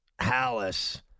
Hallis